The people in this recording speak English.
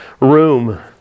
room